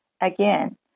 Again